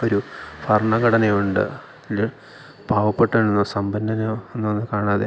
ഒരു ഭർണഘടനയുണ്ട് ഇന്ന് പാവപ്പെട്ടവനെന്നോ സമ്പന്നനെന്നോ എന്നൊന്നും കാണാതെ